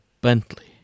Bentley